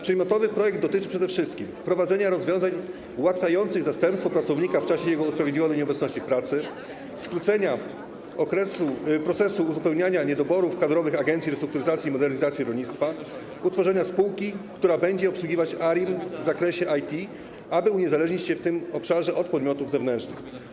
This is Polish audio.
Przedmiotowy projekt dotyczy przede wszystkim wprowadzenia rozwiązań ułatwiających zastępstwo pracownika w czasie jego usprawiedliwionej nieobecności w pracy, skrócenia procesu uzupełniania niedoborów kadrowych Agencji Restrukturyzacji i Modernizacji Rolnictwa, a także utworzenia spółki, która będzie obsługiwać ARiMR w zakresie IT, aby uniezależnić się w tym obszarze od podmiotów zewnętrznych.